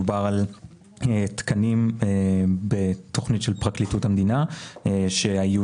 מדובר על תקנים בתכנית של פרקליטות המדינה שהאיוש